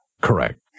Correct